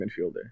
midfielder